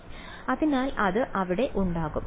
വിദ്യാർത്ഥി അതിനാൽ അത് അവിടെ ഉണ്ടാകും